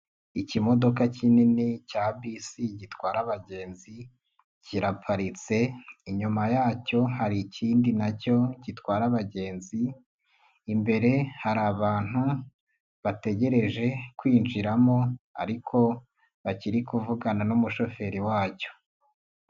Ikimodoka kinini cya bisi gitwara abagenzi kiraparitse, inyuma yacyo hari ikindi nacyo gitwara abagenzi, imbere hari abantu bategereje kwinjiramo ariko bakiri kuvugana n'umushoferi wacyo.